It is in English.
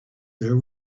there